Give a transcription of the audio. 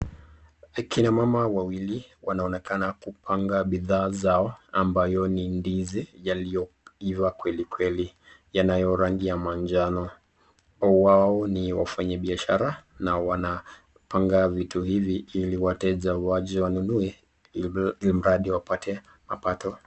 Akina mama wawili wanaonekana kupanga bidhaa zao ambayo ni ndizi yaliyoiva kweli kweli yanayo rangi ya majano. wao ni wafanyibiashara na wanapanga vitu hivi ili wateja waje wanunue ilmradi wapate mapato.